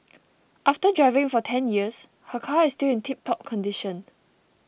after driving for ten years her car is still in tiptop condition